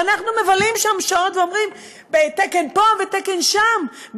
ואנחנו מבשלים שם שעות ואומרים, תקן פה ותקן שם.